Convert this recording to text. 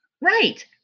Right